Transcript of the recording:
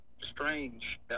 strange